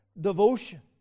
devotion